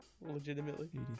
legitimately